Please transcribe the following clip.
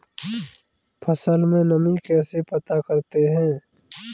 फसल में नमी कैसे पता करते हैं?